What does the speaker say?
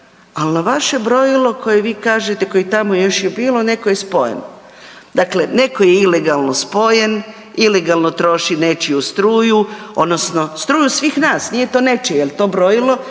ali na vaše brojilo koje vi kažete koji tamo još je bilo netko je spojen. Dakle, netko je ilegalno spojen, ilegalno troši nečiju struju odnosno struju svih nas, nije to nečije jer to brojilo